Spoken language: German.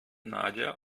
nadja